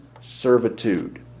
servitude